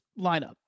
lineup